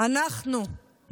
פיצלה אותם,